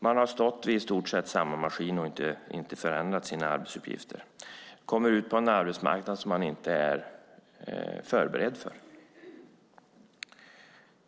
De har stått vid i stort sett samma maskin utan att få förändrade arbetsuppgifter, och de kommer ut på en arbetsmarknad som de inte är förberedda för.